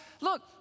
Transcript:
look